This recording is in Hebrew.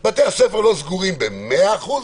כך בתי הספר לא יהיו סגורים במאת האחוזים.